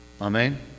Amen